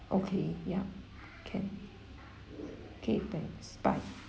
okay ya can okay thanks bye